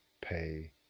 Pay